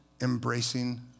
embracing